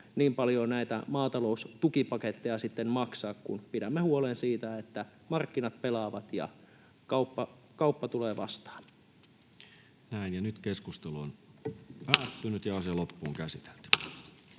niin paljon näitä maataloustukipaketteja sitten maksaa, kun pidämme huolen siitä, että markkinat pelaavat ja kauppa tulee vastaan. Lähetekeskustelua varten esitellään